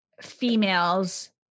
females